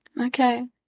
okay